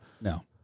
No